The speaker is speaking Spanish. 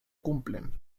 cumplen